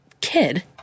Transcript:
kid